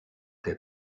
their